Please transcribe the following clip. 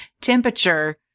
temperature